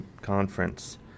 conference